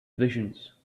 visions